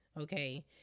okay